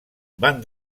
van